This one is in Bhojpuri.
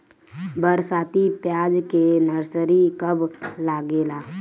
बरसाती प्याज के नर्सरी कब लागेला?